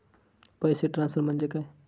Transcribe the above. पैसे ट्रान्सफर म्हणजे काय?